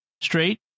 straight